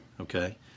Okay